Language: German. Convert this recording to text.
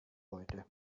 heute